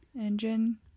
engine